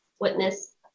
witness